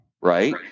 right